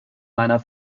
meiner